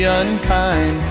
unkind